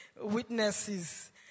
witnesses